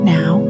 Now